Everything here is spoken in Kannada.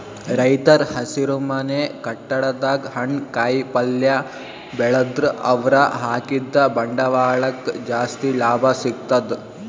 ರೈತರ್ ಹಸಿರುಮನೆ ಕಟ್ಟಡದಾಗ್ ಹಣ್ಣ್ ಕಾಯಿಪಲ್ಯ ಬೆಳದ್ರ್ ಅವ್ರ ಹಾಕಿದ್ದ ಬಂಡವಾಳಕ್ಕ್ ಜಾಸ್ತಿ ಲಾಭ ಸಿಗ್ತದ್